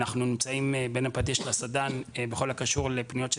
אנחנו נמצאים בין הפטיש לסדן בכל הקשור לפניות של